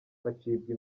bacibwa